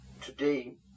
today